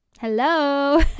Hello